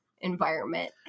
environment